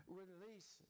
release